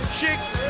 Chicks